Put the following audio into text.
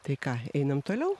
tai ką einam toliau